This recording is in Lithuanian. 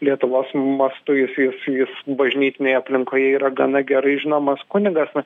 lietuvos mastu jis jis jis bažnytinėje aplinkoje yra gana gerai žinomas kunigas na